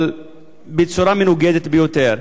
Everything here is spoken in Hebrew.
אבל בצורה מנוגדת ביותר.